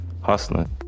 hustling